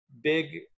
big